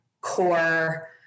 core